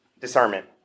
discernment